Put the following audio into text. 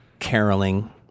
Caroling